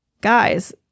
guys